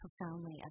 profoundly